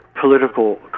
political